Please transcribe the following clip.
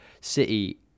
City